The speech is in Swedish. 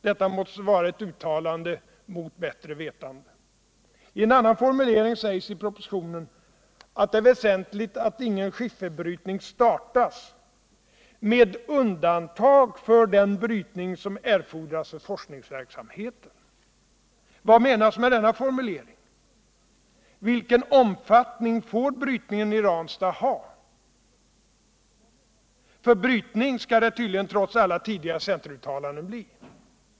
Detta måste vara ett uttalande mot bättre vetande. I en annan formulering sägs I propositionen att det är väsentligt, att ingen skifferbrytning startas med undantag för den brytning som crfordras för forskningsverksamheten. Vad menas med denna formulering? Vilken omfattning får brytningen i Ranstad ha? För brytning skall det tydligen trots alla tidigare centeruttalanden bli.